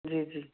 جی جی